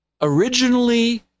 originally